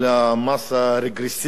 המס האגרסיבי הזה.